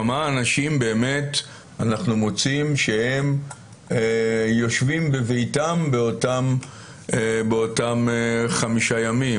כמה אנשים באמת אנחנו מוצאים שהם יושבים בביתם באותם חמישה ימים?